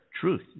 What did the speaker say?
truth